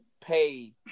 pay